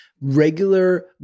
regular